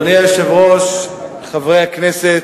אדוני היושב-ראש, חברי הכנסת,